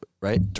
right